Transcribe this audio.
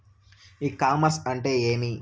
ఇ commerce అంటే ఏమి?